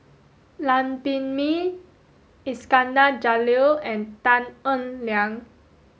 Lam Pin Min Iskandar Jalil and Tan Eng Liang